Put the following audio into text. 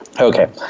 Okay